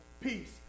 peace